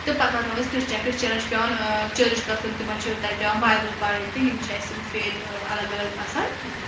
تہٕ پَتہٕ پَننو أسۍ کِرشچن کِرشچَن چھِ پؠوان چٔرٕچ گژھُن تِمَن چھُ تَتہِ پؠوان بایبٕل پرٕنۍ تہٕ یِم چھِ اَسہِ یِم فیتھ الگ الگ آسان